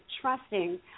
trusting